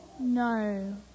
No